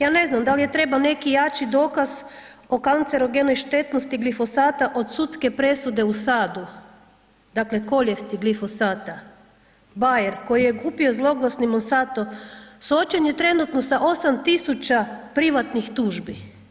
Ja ne znam da li je trebao neki jači dokaz o kancerogenoj štetnosti glifosata od sudske presude u SAD-u, dakle koljevci glifosata, Bayer koji je kupio zloglasni Monsanto suočen je trenutno sa 8.000 privatnih tužbi.